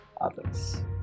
others